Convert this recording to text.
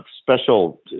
special